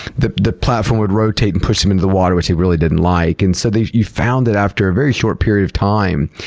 the the platform would rotate and push them into the water, which they really didn't like. and so, you found that after a very short period of time,